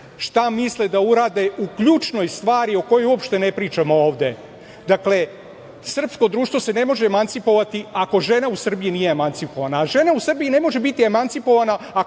šta misle da urade u ključnoj stvari o kojoj uopšte ne pričamo ovde? Dakle, srpsko društvo se ne može emancipovati ako žena u Srbiji nije emancipovana, a žena u Srbiji ne može biti emancipovana